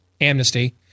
Amnesty